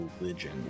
religion